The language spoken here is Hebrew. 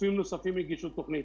גופים נוספים הגישו תוכנית,